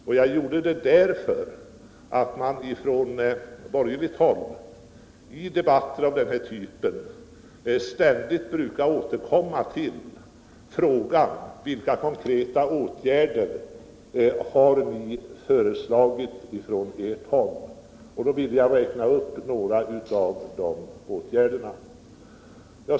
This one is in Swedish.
Det gjorde jag därför att man från borgerligt håll i debatter av den här typen ständigt brukar återkomma till frågan: Vilka konkreta åtgärder har ni föreslagit från ert håll? Jag ville räkna upp några av de åtgärderna.